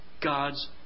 God's